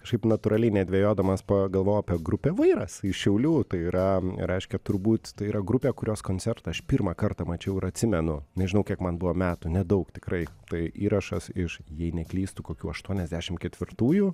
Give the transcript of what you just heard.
kažkaip natūraliai nedvejodamas pagalvojau apie grupę vairas iš šiaulių tai yra reiškia turbūt tai yra grupė kurios koncertą aš pirmą kartą mačiau ir atsimenu nežinau kiek man buvo metų nedaug tikrai tai įrašas iš jei neklystu kokių aštuoniasdešim ketvirtųjų